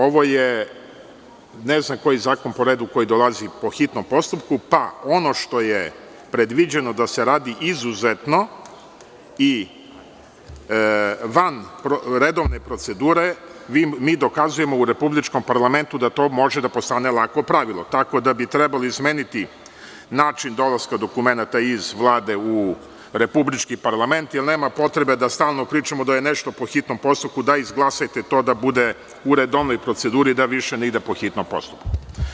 Ovo je ne znam koji zakon po redu koji dolazi po hitnom postupku, pa ono što je predviđeno da se radi izuzetno i van redovne procedure, mi dokazujemo u republičkom parlamentu da to može da postane lako pravilo, tako da bi trebalo izmeniti način dolaska dokumenata iz Vlade u republički parlament, jer nema potrebe da stalno pričamo da je nešto po hitnom postupku, daj izglasajte to da bude u redovnoj proceduru, da više ne ide po hitnom postupku.